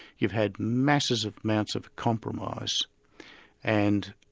you've had masses of amounts of compromise and,